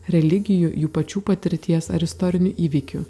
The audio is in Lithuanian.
religijų jų pačių patirties ar istorinių įvykių